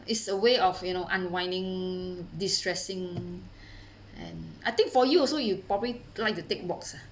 it's a way of you know unwinding de-stressing and I think for you also you probably like to take walks ah